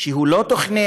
הוא לא תכנן.